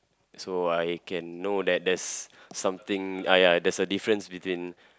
so I can know that that's something ah ya there's a difference between